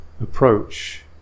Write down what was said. approach